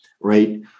right